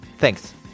Thanks